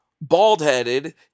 bald-headed